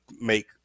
make